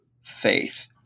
Faith